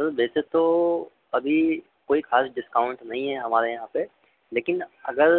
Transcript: sir वैसे तो अभी कोई ख़ास डिस्काउंट नहीं है हमारे यहाँ पर लेकिन अगर